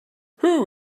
who